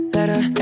Better